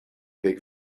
big